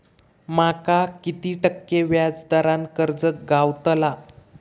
माका किती टक्के व्याज दरान कर्ज गावतला?